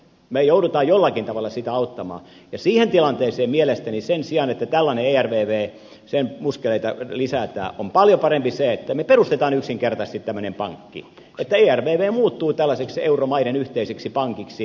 me joudumme jollakin tavalla sitä auttamaan ja siihen tilanteeseen mielestäni sen sijaan että tällaisen ervvn muskeleita lisätään on paljon parempi se että me perustamme yksinkertaisesti tämmöisen pankin että ervv muuttuu tällaiseksi euromaiden yhteiseksi pankiksi